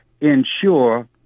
ensure